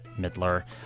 Midler